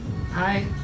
Hi